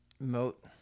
moat